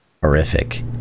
horrific